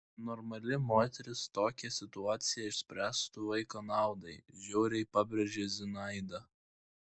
normali moteris tokią situaciją išspręstų vaiko naudai žiauriai pabrėžė zinaida